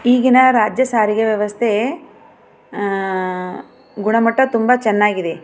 ಈಗಿನ ರಾಜ್ಯ ಸಾರಿಗೆ ವ್ಯವಸ್ಥೆ ಗುಣಮಟ್ಟ ತುಂಬ ಚೆನ್ನಾಗಿದೆ